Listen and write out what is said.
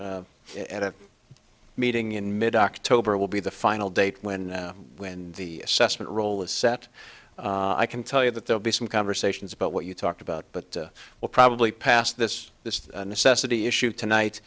at a meeting in mid october will be the final date when when the assessment role is set i can tell you that there will be some conversations about what you talked about but we'll probably pass this this necessity issue tonight